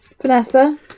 Vanessa